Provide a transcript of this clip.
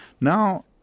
Now